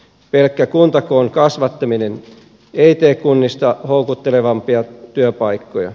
pelkkä kuntakoon kasvattaminen ei tee kunnista houkuttelevampia työpaikkoja